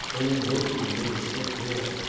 helene vauquier made a slip there.